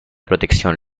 protección